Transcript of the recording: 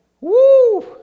Woo